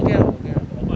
okay lah okay ah